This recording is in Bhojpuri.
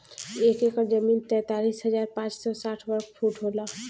एक एकड़ जमीन तैंतालीस हजार पांच सौ साठ वर्ग फुट होला